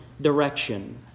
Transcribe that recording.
direction